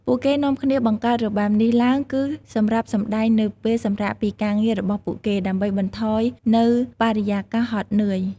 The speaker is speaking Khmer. ពួកគេនាំគ្នាបង្កើតរបាំនេះឡើងគឺសម្រាប់សម្ដែងនៅពេលសម្រាកពីការងាររបស់ពួកគេ ដើម្បីបន្ថយនៅបរិយាកាសហត់នឿយ។